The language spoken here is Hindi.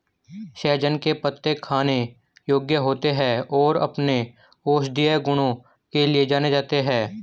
सहजन के पत्ते खाने योग्य होते हैं और अपने औषधीय गुणों के लिए जाने जाते हैं